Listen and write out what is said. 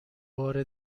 بار